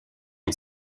une